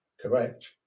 correct